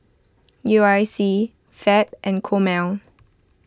U I C Fab and Chomel